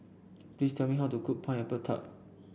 please tell me how to cook Pineapple Tart